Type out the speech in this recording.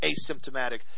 asymptomatic